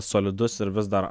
solidus ir vis dar